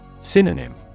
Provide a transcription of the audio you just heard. Synonym